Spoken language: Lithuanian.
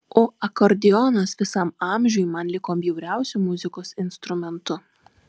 o akordeonas visam amžiui man liko bjauriausiu muzikos instrumentu